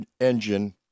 engine